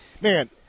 Man